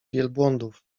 wielbłądów